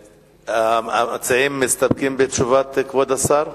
המציעים מסתפקים בתשובת כבוד השר?